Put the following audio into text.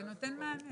זה לא נותן מענה?